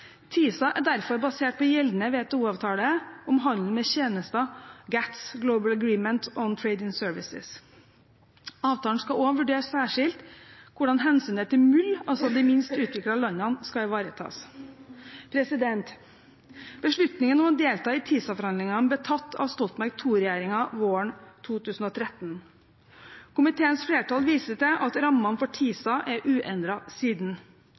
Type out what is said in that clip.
TISA er derfor basert på gjeldende WTO-avtale om handel med tjenester, GATS – General Agreement on Trade in Services. Avtalen skal også vurdere særskilt hvordan hensynet til MUL-land, altså de minst utviklede landene, skal ivaretas. Beslutningen om å delta i TISA-forhandlingene ble tatt av Stoltenberg II-regjeringen våren 2013. Komiteens flertall viser til at rammene for TISA er uendret siden.